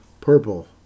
purple